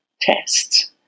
tests